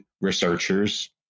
researchers